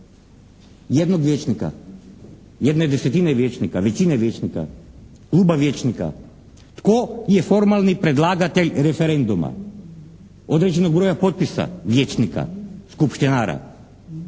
Jednog vijećnika. Jedne desetine vijećnika, većine vijećnika, kluba vijećnika. Tko je formalni predlagatelj referenduma, određenog broja potpisa vijećnika, skupštinara?